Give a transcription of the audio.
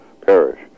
perish